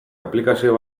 aplikazio